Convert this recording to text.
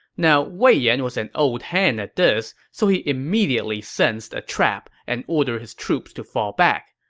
now wei yan was an old hand at this, so he immediately sensed a trap and ordered his troops to fall back.